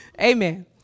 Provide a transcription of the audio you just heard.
Amen